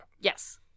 Yes